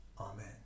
Amen